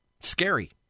Scary